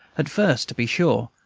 at first, to be sure,